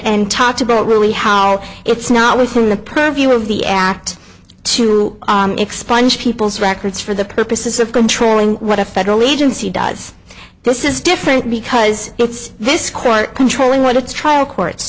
and talked about really how it's not within the purview of the act expunge people's records for the purposes of controlling what a federal agency does this is different because it's this court controlling where the trial court